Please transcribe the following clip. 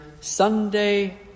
Sunday